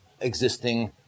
existing